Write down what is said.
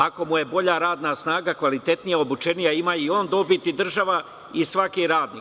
Ako mu je bolja radna snaga, kvalitetnija, obučenija ima i on dobiti i država i svaki radnik.